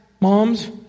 moms